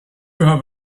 have